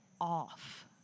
off